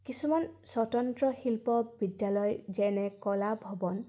কিছুমান স্বতন্ত্ৰ শিল্প বিদ্যালয় যেনে কলা ভৱন